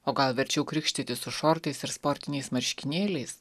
o gal verčiau krikštytis su šortais ir sportiniais marškinėliais